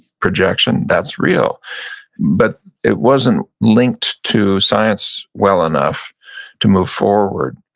projection, that's real but it wasn't linked to science well enough to move forward.